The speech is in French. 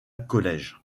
college